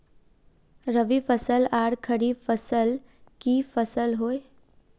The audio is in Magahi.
रवि फसल आर खरीफ फसल की फसल होय?